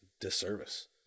disservice